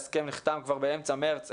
ההסכם נחתם כבר באמצע מרץ,